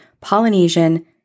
Polynesian